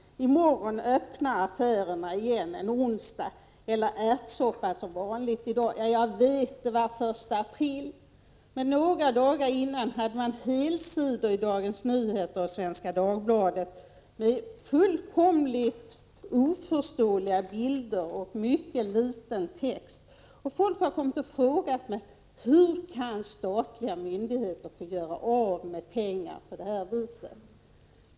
En av dem löd: I morgon öppnar affärerna igen. I en annan sades det: Ärtsoppa som vanligt i dag. Annonserna var införda en onsdag. Ja, jag vet att det var den första april, men några dagar tidigare hade man helsidor i Svenska Dagbladet med fullkomligt oförståeliga bilder och nästan ingen text. Folk har frågat mig: Hur kan statliga myndigheter få göra av med pengar på det här viset?